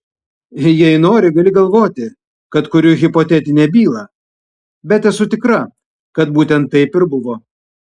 jei nori gali galvoti kad kuriu hipotetinę bylą bet esu tikra kad būtent taip ir buvo